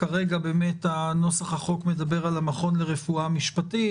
כרגע באמת נוסח החוק מדבר על המכון לרפואה משפטית.